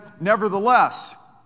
nevertheless